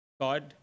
God